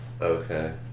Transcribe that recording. Okay